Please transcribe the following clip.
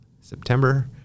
September